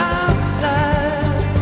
outside